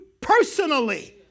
personally